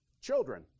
Children